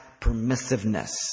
permissiveness